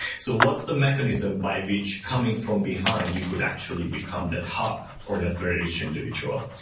so what's the mechanism by which coming from behind you could actually become the top or that very rich individual?